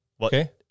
Okay